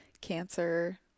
cancer